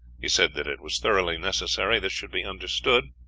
he said that it was thoroughly necessary this should be understood,